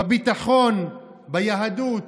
בביטחון, ביהדות.